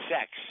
sex